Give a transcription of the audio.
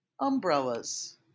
Umbrellas